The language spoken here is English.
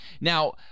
Now